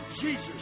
Jesus